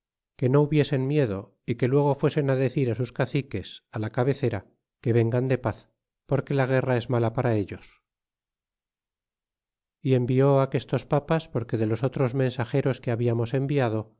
que no hubiesen miedo y que luego fuesen decir sus caciques la cabecera que vengan de paz porque la guerra es mala para ellos y envió aquestos papas porque de los otros mensageros que habíamos enviado